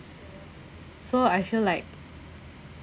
so I feel like